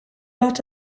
lot